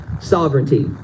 sovereignty